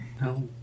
no